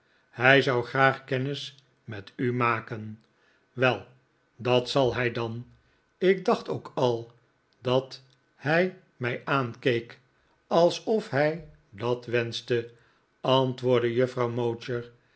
hij zou graag kennis met u maken wel dat zal hij dan ik dacht ook al dat hij mij aankeek alsof hij dat wenschte antwoordde juffrouw